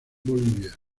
bolivia